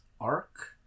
arc